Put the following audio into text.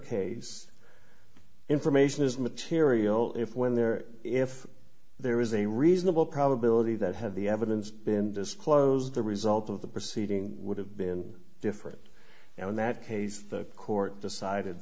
case information is material if when there if there is a reasonable probability that had the evidence been disclosed the result of the proceeding would have been different in that case the court decided